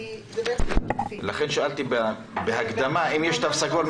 לכן שאלתי בהקדמה: אם יש תו סגול,